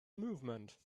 movement